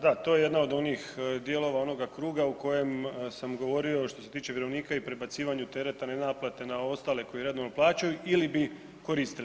Da, to je jedna od onih dijelova onoga kruga u kojem sam govorio što se tiče vjerovnika i prebacivanju tereta ne naplate na ostale koji redovno plaćaju ili bi koristili.